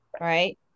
right